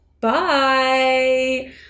bye